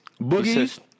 Boogies